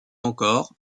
encore